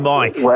Mike